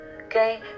okay